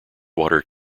water